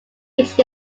each